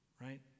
right